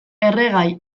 erregai